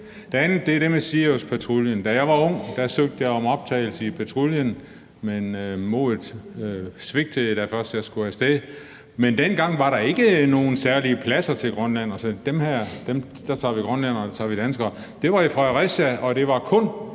Det andet er det med Siriuspatruljen. Da jeg var ung, søgte jeg om optagelse i patruljen, men modet svigtede, da jeg først skulle af sted. Men dengang var der ikke nogen særlige pladser til grønlændere, så der tager vi grønlændere og vi tager danskere. Det var i Fredericia, og det var kun